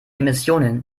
emissionen